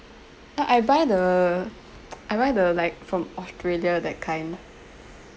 but I buy the I buy the like from australia that kind